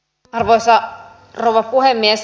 arvoisa rouva puhemies